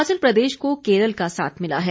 हिमाचल प्रदेश को केरल का साथ मिला है